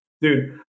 dude